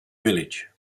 village